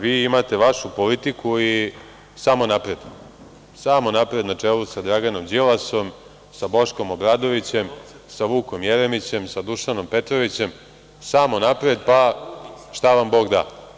Vi imate vašu politiku i samo napred na čelu sa Draganom Đilasom, sa Boškom Obradovićem, sa Vukom Jeremićem, sa Dušanom Petrovićem, samo napred pa šta vam bog da.